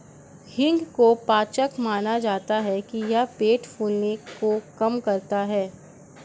हींग को पाचक माना जाता है कि यह पेट फूलने को कम करता है